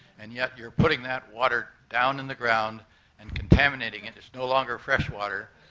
and yet, you're putting that water down in the ground and contaminating it. it's no longer fresh water.